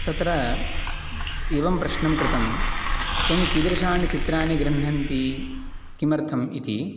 तत्र एवं प्रश्नं कृतं त्वं कीदृशाणि चित्राणि गृह्णन्ति किमर्थम् इति